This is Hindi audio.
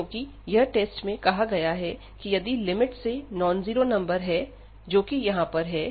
क्योंकि यह टेस्ट में कहा गया है कि यदि लिमिट से नॉन् जीरो नंबर है तो यह भी तो यह भी नॉन् जीरो नंबर है